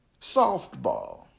Softball